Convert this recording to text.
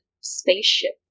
spaceship